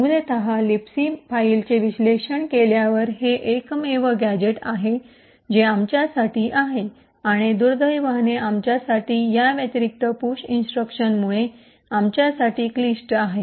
मूलत लिबसी फाईलचे विश्लेषण केल्यावर हे एकमेव गॅझेट आहे जे आमच्यासाठी आहे आणि दुर्दैवाने आमच्यासाठी या अतिरिक्त पुश इन्स्ट्रक्शनमुळे आमच्यासाठी क्लिष्ट आहे